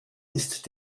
ist